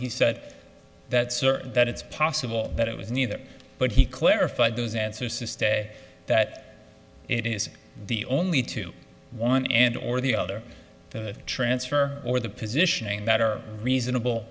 he said that sir that it's possible that it was neither but he clarified those answers to stay that it is the only to one end or the other the transfer or the positioning that are reasonable